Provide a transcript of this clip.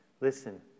listen